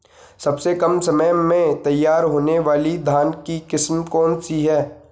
सबसे कम समय में तैयार होने वाली धान की किस्म कौन सी है?